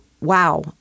wow